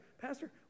Pastor